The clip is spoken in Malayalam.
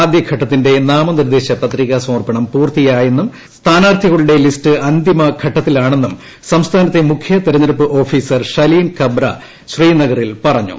ആദ്യഘട്ടത്തിന്റെ നാമനിർദ്ദേശ പത്രിക സമർപ്പണം പൂർത്തിയായെന്നും സ്ഥാനാർത്ഥികളുടെ ലിസ്റ്റ് അന്തിമഘട്ടത്തിലാണെന്നും സംസ്ഥാനത്തെ മുഖ്യ തെരഞ്ഞെടുപ്പ് ഓഫീസർ ഷലീൻ കബ്ര ശ്രീനഗറിൽ പറഞ്ഞു